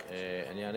רק צריך לשאול